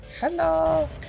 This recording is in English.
Hello